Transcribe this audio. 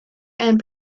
and